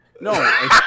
No